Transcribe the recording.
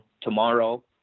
tomorrow